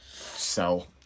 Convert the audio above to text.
sell